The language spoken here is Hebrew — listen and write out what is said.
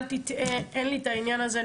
אל תטעה, אין לי את העניין הזה.